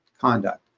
conduct